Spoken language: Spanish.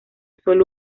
sólo